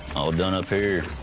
all done up here.